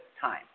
time